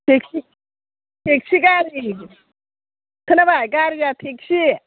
taxi गारि खोनाबाय गारिया टेक्सि